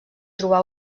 trobà